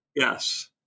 Yes